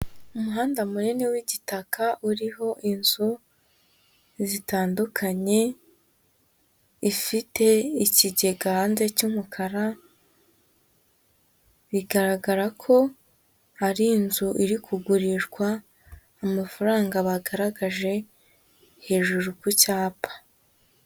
Umuhanda munini w'igitaka uriho inzu zitandukanye, ifite ikigega hanze cy'umukara, bigaragara ko hari inzu iri kugurishwa, amafaranga bagaragaje hejuru ku cyapa.